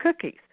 cookies